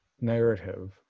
narrative